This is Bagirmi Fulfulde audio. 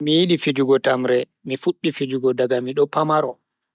Mi yidi fijugo tamre, mi fuddi fijugo daga mido pamaro.